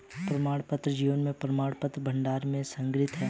प्रमाणपत्र जीवन प्रमाणपत्र भंडार में संग्रहीत हैं